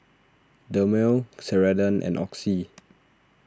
Dermale Ceradan and Oxy